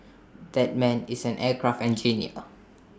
that man is an aircraft engineer